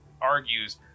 argues